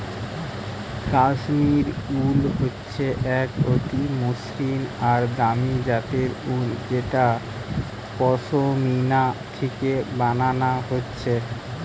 কাশ্মীর উল হচ্ছে এক অতি মসৃণ আর দামি জাতের উল যেটা পশমিনা থিকে বানানা হচ্ছে